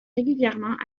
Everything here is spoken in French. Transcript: régulièrement